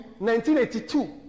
1982